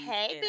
Hey